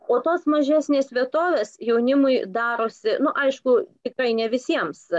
o tos mažesnės vietovės jaunimui darosi aišku tikrai ne visiems